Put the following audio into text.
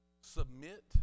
Submit